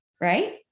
Right